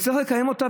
צריך לקיים אותה,